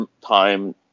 time